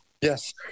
Yes